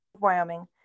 Wyoming